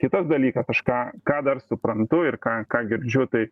kitas dalykas aš ką ką dar suprantu ir ką ką girdžiu tai